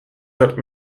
der